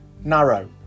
narrow